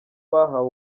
bahawe